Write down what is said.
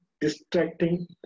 distracting